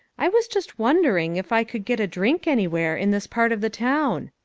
i was just wondering if i could get a drink anywhere in this part of the town?